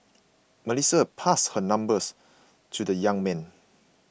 Melissa passed her number to the young man